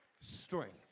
strength